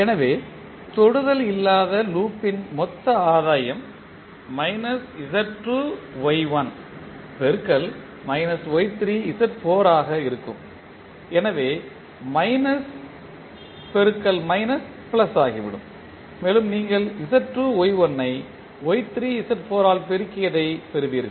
எனவே தொடுதல் இல்லாத லூப் ன்மொத்த ஆதாயம் பெருக்கல் ஆக இருக்கும் எனவே மைனஸ் பெருக்கல் மைனஸ் பிளஸ் ஆகிவிடும் மேலும் நீங்கள் Z2 Y1 ஐ Y3 Z4 ஆல் பெருக்கியதை பெறுவீர்கள்